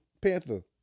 Panther